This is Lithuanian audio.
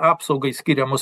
apsaugai skiriamos